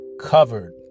covered